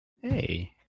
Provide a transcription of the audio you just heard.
Hey